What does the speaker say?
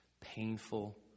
painful